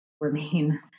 remain